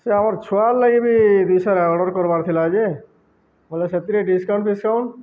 ସେ ଆମର୍ ଛୁଆ ଲାଗି ବିି ଦୁଇ ସାର୍ଟ ଅର୍ଡ଼ର୍ କର୍ବାର୍ ଥିଲା ଯେ ବୋଲେ ସେଥିରେ ଡିସକାଉଣ୍ଟ ଫିସ୍କାଉଣ୍ଟ